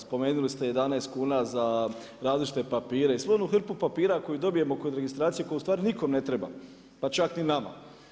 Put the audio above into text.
Spomenuli ste 11 kuna za različite papire i svu onu hrpu papira koju dobijemo kod registracije koja u stvari nikom ne treba, pa čak ni nama.